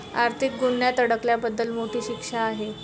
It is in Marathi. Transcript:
आर्थिक गुन्ह्यात अडकल्याबद्दल मोठी शिक्षा आहे